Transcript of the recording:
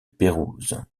pérouse